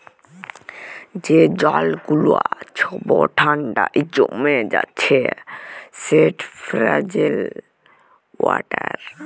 যে জল গুলা ছব ঠাল্ডায় জমে যাচ্ছে সেট ফ্রজেল ওয়াটার